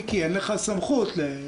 14:50) אבל מיקי אין לך סמכות לשנות.